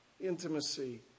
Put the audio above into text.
intimacy